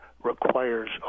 requires